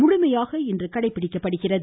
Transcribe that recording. முழுமையாக கடைபிடிக்கப்படுகிறது